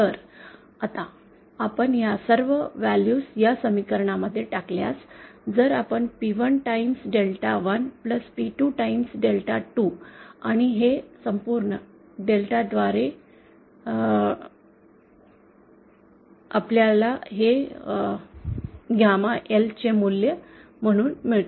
तर आता आपण या सर्व व्हॅल्यूज या समीकरणामध्ये टाकल्यास जर आपण P1 times delta 1 P2 times delta 2 आणि हे संपूर्ण डेल्टा द्वारे आपल्याला हे गामा Lचे मूल्य म्हणून मिळते